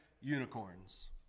unicorns